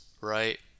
right